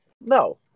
No